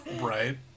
right